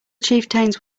chieftains